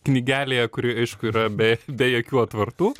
knygelėje kuri aišku yra be be jokių atvartų